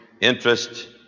interest